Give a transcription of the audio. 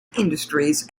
industries